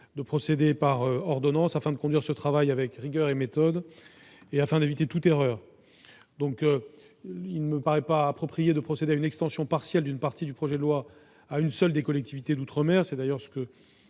procéder par ordonnance afin de conduire ce travail avec rigueur et méthode et d'éviter toute erreur. Il ne me paraît donc pas approprié de procéder à une extension partielle d'une partie du projet de loi à une seule des collectivités d'outre-mer- c'est d'ailleurs ce que